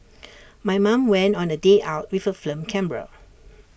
my mom went on A day out with A film camera